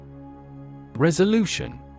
Resolution